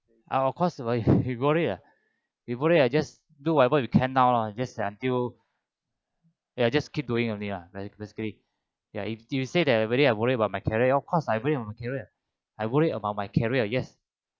oh of course oh you got it you got it uh I just do whatever you can now just until ya just keep doing only lah like basically ya if you say that everybody I worry about my career of course I worry about my career I worry about my career yes